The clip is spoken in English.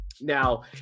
Now